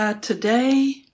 Today